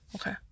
Okay